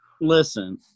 Listen